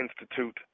Institute